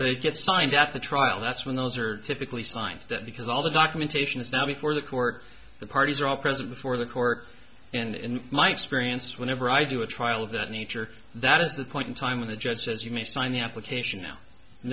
you get signed at the trial that's when those are typically signed because all the documentation is now before the court the parties are all present before the court and in my experience whenever i do a trial of that nature that is the point in time when the judge says you may sign the application now and